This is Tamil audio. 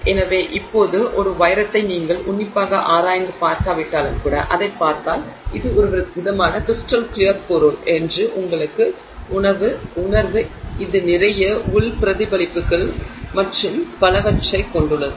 எனவே இப்போது ஒரு வைரத்தை நீங்கள் உன்னிப்பாக ஆராய்ந்து பார்க்காவிட்டாலும் கூட அதைப் பார்த்தால் இது ஒருவித கிரிஸ்டல் கிலியர் பொருள் என்று உங்களுக்கு உணர்வு இருக்கிறது இது நிறைய உள் பிரதிபலிப்புகள் மற்றும் பலவற்றைக் கொண்டுள்ளது